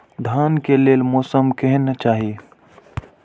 धान के लेल मौसम केहन चाहि?